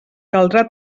caldrà